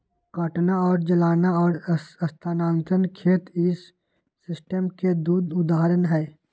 काटना और जलाना और स्थानांतरण खेत इस सिस्टम के दु उदाहरण हई